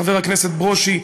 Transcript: חבר הכנסת ברושי,